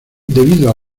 debido